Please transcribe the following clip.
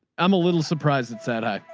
i'm a little surprised it's that